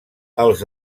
els